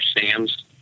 Sam's